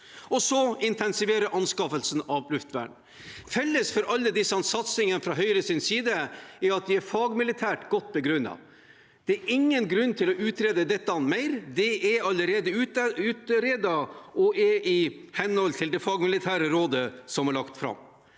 også intensivere anskaffelsen av luftvern. Felles for alle disse satsingene fra Høyres side er at de er fagmilitært godt begrunnet. Det er ingen grunn til å utrede dette mer. Det er allerede utredet og er i henhold til det fagmilitære rådet som er lagt fram.